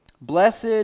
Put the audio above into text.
Blessed